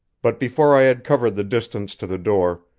but before i had covered the distance to the door,